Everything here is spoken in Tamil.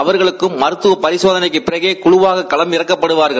அவர்களுக்கும் மருத்தவ பரிசோதனைக்குப் பிறகே குழுவாக களம் இறக்கப்படுவார்கள்